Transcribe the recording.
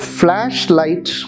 flashlight